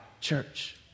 church